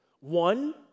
One